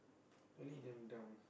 really damn dumb